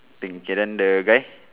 pink K then the guy